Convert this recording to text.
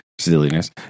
Silliness